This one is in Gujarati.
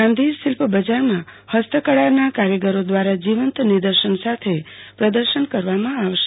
ગાંધી શિલ્પ બજારમાં હસ્તકળાના કારીગરો દવારા જીવંત નિદર્શન સાથે પ્રદર્શન કરવામા આવશે